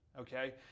Okay